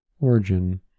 Origin